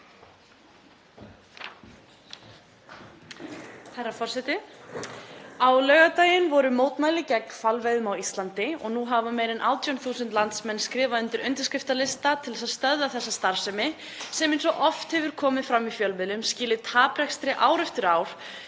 Herra forseti. Á laugardaginn voru mótmæli gegn hvalveiðum á Íslandi og nú hafa meira en 18.000 landsmenn skrifað undir undirskriftalista til að stöðva þessa starfsemi sem svo oft hefur komið fram í fjölmiðlum að skili taprekstri ár eftir ár,